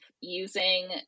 using